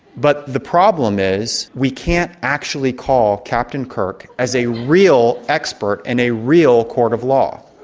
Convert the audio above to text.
but the problem is we can't actually call captain kirk as a real expert in a real court of law.